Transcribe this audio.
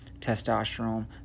testosterone